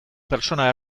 pertsona